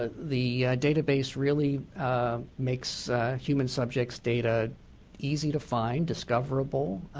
ah the database really makes human subjects data easy to find, discoverable,